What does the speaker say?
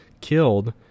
killed